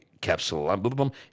capsule